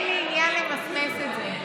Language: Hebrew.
אין לי עניין למסמס את זה.